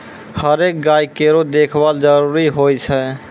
हरेक गाय केरो देखभाल जरूरी होय छै